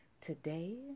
Today